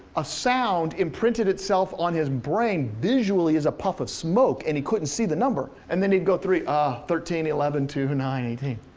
a sound imprinted itself on his brain visually as a puff of smoke and he couldn't see the number, and then he'd go three, ah, thirteen, eleven, two, nine, eighteen.